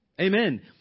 Amen